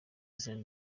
izina